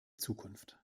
zukunft